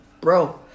Bro